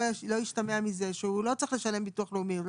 ישתמע מזה שהוא לא צריך לשלם ביטוח לאומי.